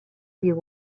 you